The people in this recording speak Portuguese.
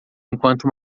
enquanto